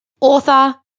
author